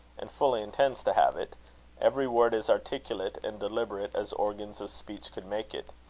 and fully intends to have it every word as articulate and deliberate as organs of speech could make it.